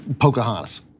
Pocahontas